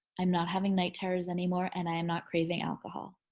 i'm not having night terrors anymore and i'm not craving alcohol.